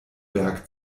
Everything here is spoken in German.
werk